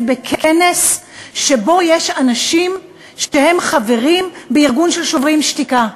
בכנס שבו יש אנשים שהם חברים בארגון "שוברים שתיקה"?